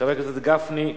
חבר הכנסת גפני,